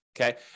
Okay